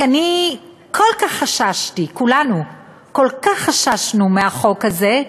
כי אני כל כך חששתי, כולנו כל כך חששנו מהחוק הזה,